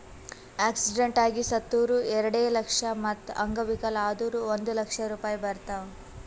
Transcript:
accident ಆಗಿ ಸತ್ತುರ್ ಎರೆಡ ಲಕ್ಷ, ಮತ್ತ ಅಂಗವಿಕಲ ಆದುರ್ ಒಂದ್ ಲಕ್ಷ ರೂಪಾಯಿ ಬರ್ತಾವ್